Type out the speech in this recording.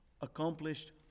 accomplished